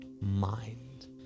mind